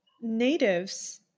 natives